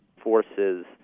forces